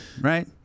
Right